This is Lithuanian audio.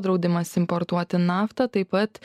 draudimas importuoti naftą taip pat